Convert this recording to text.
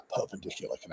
perpendicular